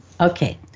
Okay